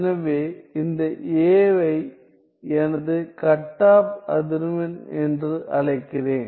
எனவே இந்த a வை எனது கட் ஆப் அதிர்வெண் என்று அழைக்கிறேன்